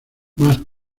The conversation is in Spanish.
más